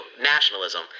nationalism